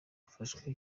afashwe